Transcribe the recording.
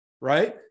right